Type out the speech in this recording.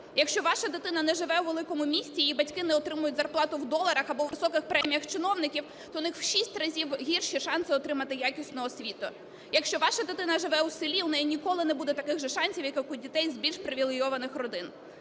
Якщо ваша дитина не живе у великому місті, її батьки не отримують зарплату в доларах або у високих преміях чиновників, то в них у шість разів гірші шанси отримати якісну освіту. Якщо ваша дитина живе у селі, у неї ніколи не буде таких же шансів, як у дітей з більш привілейованих родин.